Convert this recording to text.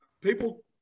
people